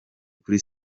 kuri